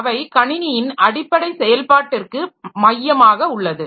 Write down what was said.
அவை கணினியின் அடிப்படை செயல்பாட்டிற்கு மையமாக உள்ளது